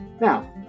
Now